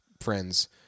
friends